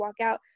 walkout